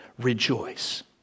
rejoice